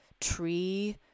tree